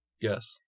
Yes